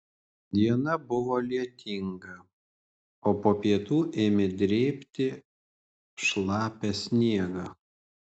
diena buvo lietinga o po pietų ėmė drėbti šlapią sniegą